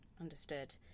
Understood